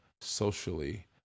socially